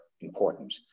important